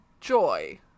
joy